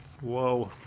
Whoa